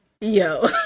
yo